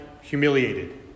humiliated